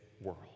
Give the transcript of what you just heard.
world